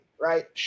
right